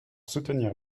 soutenir